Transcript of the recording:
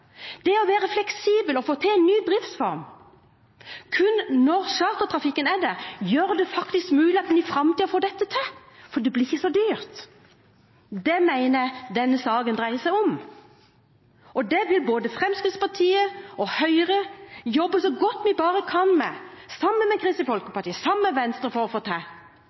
Det å være fleksibel og få til en ny driftsform kun når det er chartertrafikk der, gjør det faktisk mulig å få dette til i framtiden, for det blir ikke så dyrt. Det mener jeg denne saken dreier seg om. Det vil både Fremskrittspartiet og Høyre, sammen med Kristelig Folkeparti og Venstre, jobbe så godt vi bare kan for å få til.